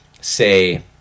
say